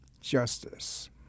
justice